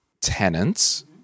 tenants